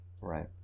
Right